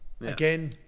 Again